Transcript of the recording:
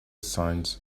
signs